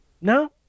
No